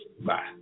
Bye